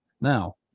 Now